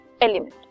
element